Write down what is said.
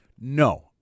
No